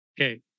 Okay